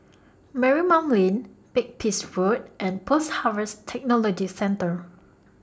Marymount Lane Makepeace Road and Post Harvest Technology Centre